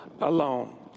alone